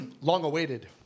long-awaited